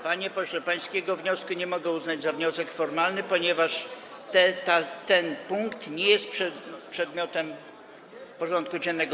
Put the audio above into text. Panie pośle, pańskiego wniosku nie mogę uznać za wniosek formalny, ponieważ ten punkt nie jest przedmiotem porządku dziennego.